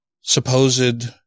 supposed